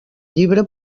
llibre